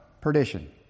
perdition